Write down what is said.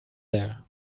there